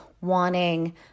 wanting